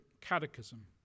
Catechism